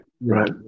right